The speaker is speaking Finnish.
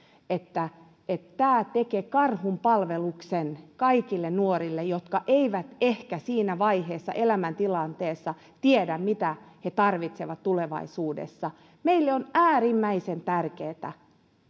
että että tämä tekee karhunpalveluksen kaikille nuorille jotka eivät ehkä siinä vaiheessa elämäntilanteessa tiedä mitä he tarvitsevat tulevaisuudessa meille on äärimmäisen tärkeätä